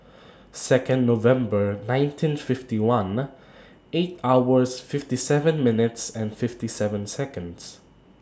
Second November nineteen fifty one eight hours fifty seven minutes and fifty seven Seconds